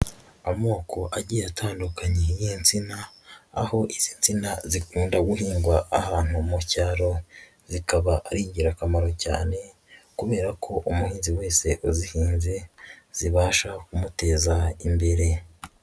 Amoko agiye atandukanya y'insina, aho izi nsina zikunda guhingwa ahantu mu cyaro, zikaba ari ingirakamaro cyane, kubera ko umuhinzi wese uzihinze, zibasha kumuteza imbere.